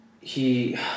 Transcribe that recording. He-